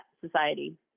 Society